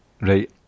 right